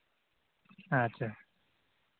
ᱟᱪᱪᱷᱟ